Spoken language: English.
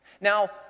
Now